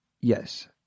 Yes